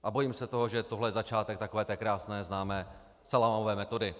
A bojím se toho, že tohle je začátek takové té krásné známé salámové metody.